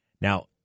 Now